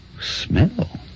smell